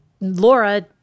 Laura